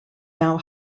now